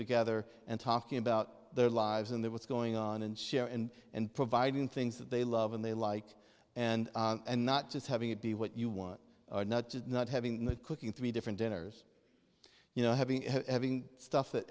together and talking about their lives in that what's going on and share in and providing things that they love and they like and and not just having it be what you want or not just not having the cooking to be different dinners you know having and having stuff that